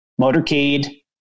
motorcade